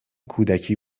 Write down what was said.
کودکی